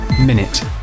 Minute